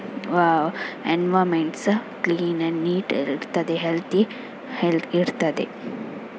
environments clean and neat ಇರ್ತದೆ healthy health ಇರ್ತದೆ